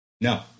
No